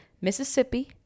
Mississippi